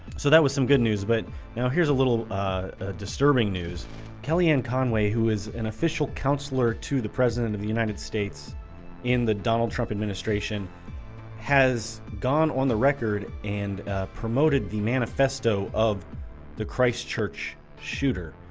so that was some good news, but now here's a little disturbing news kellyanne conway who is an official counselor to the president of the united states in the donald trump administration has gone on the record and promoted the manifesto of the christ church shooter.